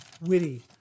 Witty